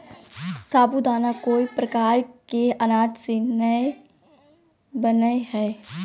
साबूदाना कोय प्रकार के अनाज से नय बनय हइ